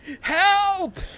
Help